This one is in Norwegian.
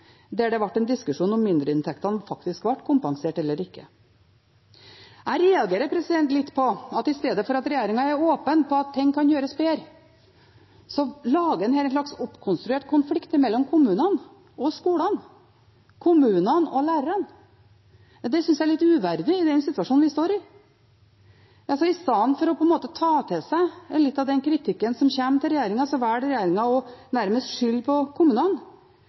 der det ble en diskusjon om mindreinntektene faktisk ble kompensert eller ikke. Jeg reagerer litt på at i stedet for at regjeringen er åpen om at ting kan gjøres bedre, lager en her en slags oppkonstruert konflikt mellom kommunene og skolene, kommunene og lærerne. Det synes jeg er litt uverdig i den situasjonen vi står i. Istedenfor å ta til seg litt av den kritikken som kommer, velger regjeringen nærmest å skylde på kommunene.